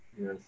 Yes